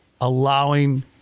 allowing